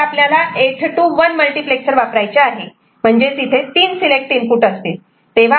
इथे आपल्याला 8 to 1 multiplexer वापरायचे आहे म्हणजेच तिथे 3 सिलेक्ट इनपुट असतील